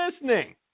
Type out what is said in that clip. listening